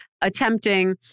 attempting